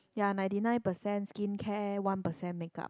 ya ninety nine percent skincare one percent makeup